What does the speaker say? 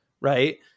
right